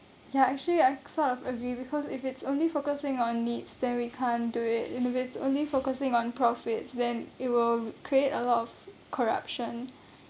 ya actually I sort of agree because if it's only focusing on needs then we can't do it and if it's only focusing on profits then it will create a lot of corruption